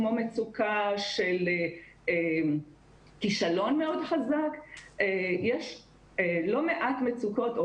כמו מצוקה של כישלון מאוד חזק או חס וחלילה